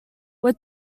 were